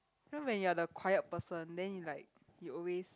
you know when you are the quiet person then you like you always